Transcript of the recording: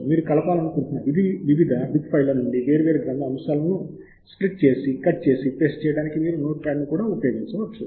మీరు కలపాలనుకుంటున్న వివిధ బిబ్ ఫైళ్ళ నుండి వేర్వేరు గ్రంథ అంశాలను స్ప్లిట్ చేసి కట్ చేసి పేస్ట్ చేయడానికి మీరు నోట్ప్యాడ్ను కూడా ఉపయోగించవచ్చు